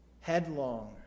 headlong